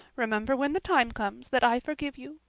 remember when the time comes that i forgive you.